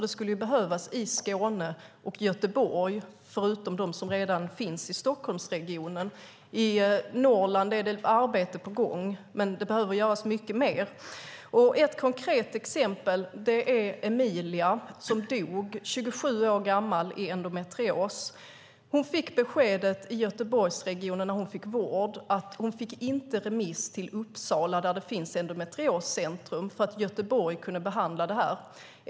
Det skulle behövas i Skåne och i Göteborg, förutom de som redan finns i Stockholmsregionen. I Norrland är det arbete på gång, men det behöver göras mycket mer. Ett konkret exempel är Emilia som dog 27 år gammal i endometrios. Hon fick beskedet i Göteborgsregionen, när hon fick vård, att hon inte fick remiss till Uppsala där det finns endometrioscentrum, för i Göteborg kunde man behandla det här.